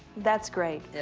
that's great.